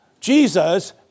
Jesus